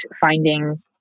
finding